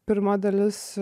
pirma dalis